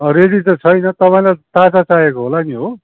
अँ रेडी त छैन तपाईँलाई ताजा चाहिएको होला नि हो